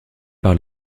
par